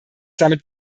damit